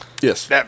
Yes